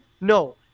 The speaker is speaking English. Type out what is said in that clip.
No